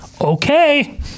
okay